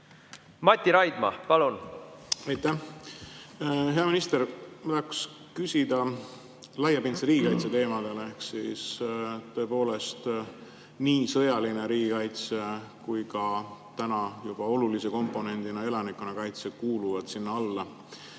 Mati Raidma, palun! Aitäh! Hea minister! Ma tahaks küsida laiapindse riigikaitse teemadel. Tõepoolest, nii sõjaline riigikaitse kui ka täna juba olulise komponendina elanikkonnakaitse kuuluvad sinna alla.